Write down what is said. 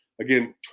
Again